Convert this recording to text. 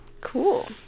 Cool